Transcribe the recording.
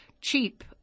cheap